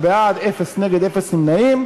בהתאם להתניות עם הממשלה.